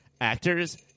actors